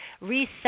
reset